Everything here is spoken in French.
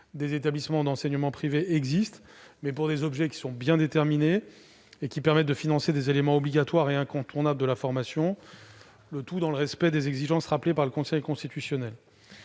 des établissements d'enseignement privé, mais pour des objets bien déterminés et relatifs à des éléments obligatoires et incontournables de la formation, dans le respect des exigences rappelées par le Conseil constitutionnel.